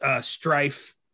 Strife